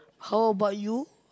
how about you